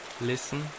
Listen